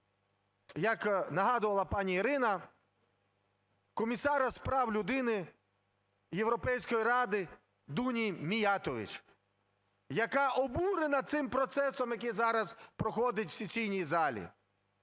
як нагадувала пані Ірина, комісара з прав людини Європейської Ради ДуніМіятович, яка обурена цим процесом, який зараз проходить в сесійній залі.